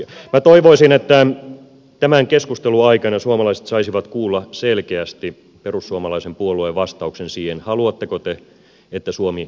minä toivoisin että tämän keskustelun aikana suomalaiset saisivat kuulla selkeästi perussuomalaisen puolueen vastauksen siihen haluatteko te että suomi eroaa eurosta